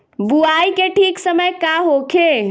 बुआई के ठीक समय का होखे?